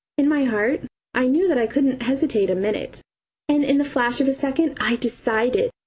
in my heart i knew that i couldn't hesitate a minute and in the flash of a second i decided.